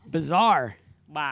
Bizarre